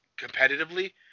competitively